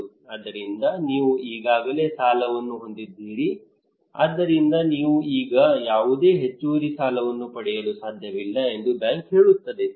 ಆದ್ದರಿಂದ ನೀವು ಈಗಾಗಲೇ ಸಾಲವನ್ನು ಹೊಂದಿದ್ದೀರಿ ಆದ್ದರಿಂದ ನೀವು ಈಗ ಯಾವುದೇ ಹೆಚ್ಚುವರಿ ಸಾಲವನ್ನು ಪಡೆಯಲು ಸಾಧ್ಯವಿಲ್ಲ ಎಂದು ಬ್ಯಾಂಕ್ ಹೇಳುತ್ತದೆ